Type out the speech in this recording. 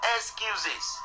Excuses